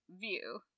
view